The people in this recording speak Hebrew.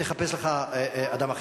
תחפש לך אדם אחר.